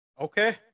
Okay